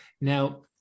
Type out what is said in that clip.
Now